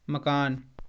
मकान